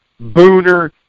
booner